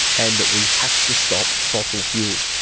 and that we have to stop fossil fuels,